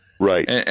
Right